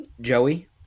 Joey